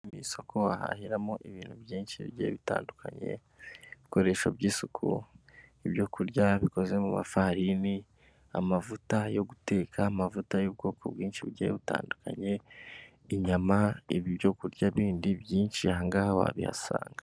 Mu ku isoko bahahiramo ibintu byinshi bigiye bitandukanye ibikoresho by'isuku, ibyokurya bikoze mu mafari, amavuta yo guteka, amavuta y'ubwoko bwinshi bugiye butandukanye, inyama ibyokurya bindi byinshi aha ngaha wabihasanga.